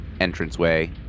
entranceway